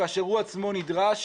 כאשר הוא עצמו נדרש